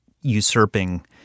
usurping